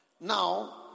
Now